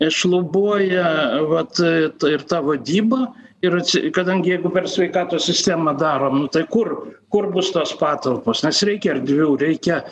šlubuoja vat ir ta vadyba ir kadangi jeigu per sveikatos sistemą darom nu tai kur kur bus tos patalpos nes reikia erdvių reikia